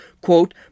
quote